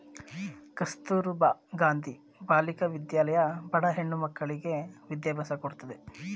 ಕಸ್ತೂರಬಾ ಗಾಂಧಿ ಬಾಲಿಕಾ ವಿದ್ಯಾಲಯ ಬಡ ಹೆಣ್ಣ ಮಕ್ಕಳ್ಳಗೆ ವಿದ್ಯಾಭ್ಯಾಸ ಕೊಡತ್ತದೆ